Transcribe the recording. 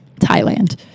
Thailand